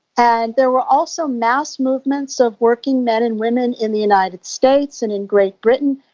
and there were also mass movements of working men and women in the united states and in great britain,